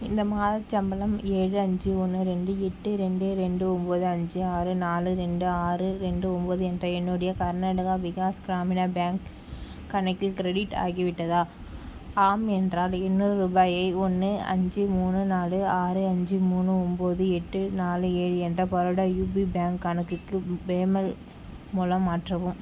இந்த மாதச் சம்பளம் ஏழு அஞ்சு ஒன்று ரெண்டு எட்டு ரெண்டு ரெண்டு ஒம்பது அஞ்சி ஆறு நாலு ரெண்டு ஆறு ரெண்டு ஒம்பது என்ற என்னுடைய கர்நாடகா விகாஸ் க்ராமினா பேங்க் கணக்கில் க்ரெடிட் ஆகிவிட்டதா ஆம் என்றால் எண்ணூறு ரூபாயை ஒன்று அஞ்சு மூணு நாலு ஆறு அஞ்சு மூணு ஒம்பது எட்டு நாலு ஏழு என்ற பரோடா யூபி பேங்க் கணக்குக்கு பேமல் மூலம் மாற்றவும்